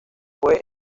fue